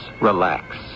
relax